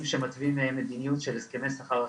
שמתווים מדיניות של הסכמי שכר אחידים.